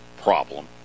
problem